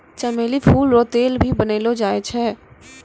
चमेली फूल रो तेल भी बनैलो जाय छै